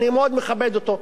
אני מאוד מכבד אותו,